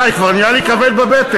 די, כבר נהיה לי כבד בבטן.